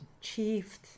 achieved